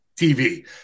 TV